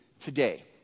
today